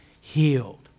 healed